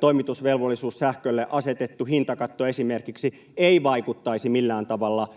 toimitusvelvollisuussähkölle asetettu hintakatto esimerkiksi, ei vaikuttaisi millään tavalla